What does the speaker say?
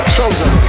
Chosen